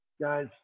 guys